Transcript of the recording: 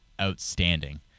outstanding